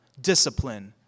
discipline